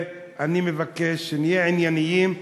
ואני מבקש שנהיה ענייניים,